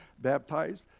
baptized